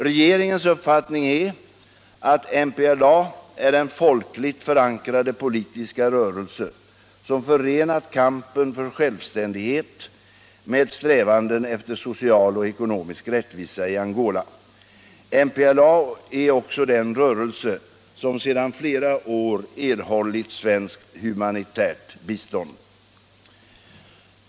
Regeringens uppfattning är att MPLA är den folkligt förankrade politiska rörelse som förenat kampen för självständighet med strävanden efter social och ekonomisk rättvisa i Angola. MPLA är också den rörelse som sedan flera år erhållit svenskt humanitärt bistånd.